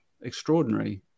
extraordinary